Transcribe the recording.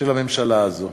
של הממשלה הזאת.